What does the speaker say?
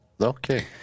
Okay